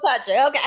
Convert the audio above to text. okay